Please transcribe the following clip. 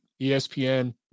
ESPN